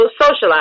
socialize